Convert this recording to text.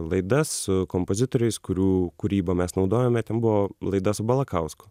laidas su kompozitoriais kurių kūryba mes naudojome ten buvo laida su balakausku